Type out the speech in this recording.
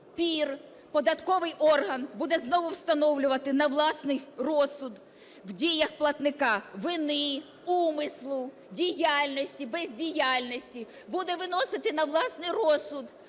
пір податковий орган буде знову встановлювати на власний розсуд в діях платника вини, умислу, діяльності, бездіяльності, буде виносити на власний розсуд